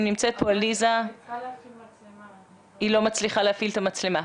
היא לא מצליחה להפעיל את המצלמה.